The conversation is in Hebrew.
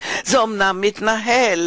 וזה אומנם מתנהל,